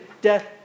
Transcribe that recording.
death